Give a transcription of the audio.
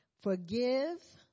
Forgive